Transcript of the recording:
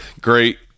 Great